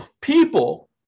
people